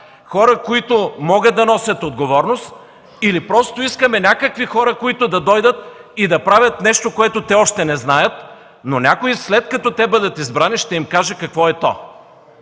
хора, които могат да носят отговорност, или просто искаме някакви хора, които да дойдат и да правят нещо, което те все още не знаят, но някой, след като те бъдат избрани, ще им каже какво е то?